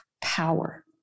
power